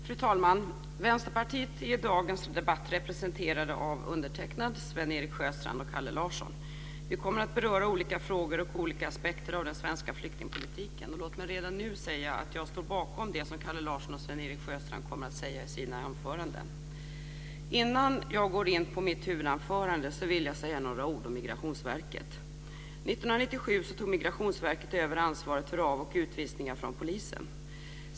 Fru talman! Vänsterpartiet är i dagens debatt representerat av mig, Sven-Erik Sjöstrand och Kalle Larsson. Vi kommer att beröra olika frågor och olika aspekter av den svenska flyktingpolitiken. Låt mig redan nu säga att jag står bakom det som Kalle Larsson och Sven-Erik Sjöstrand kommer att säga i sina anföranden. Innan jag går in på mitt huvudanförande vill jag säga några ord om Migrationsverket. 1997 tog Migrationsverket över ansvaret för av och utvisningar från polisen.